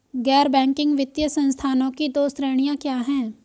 गैर बैंकिंग वित्तीय संस्थानों की दो श्रेणियाँ क्या हैं?